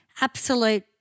absolute